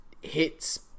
hits